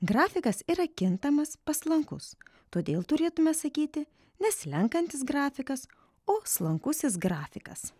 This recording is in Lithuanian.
grafikas yra kintamas paslankus todėl turėtume sakyti ne slenkantis grafikas o slankusis grafikas